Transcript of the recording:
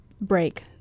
break